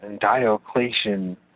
Diocletian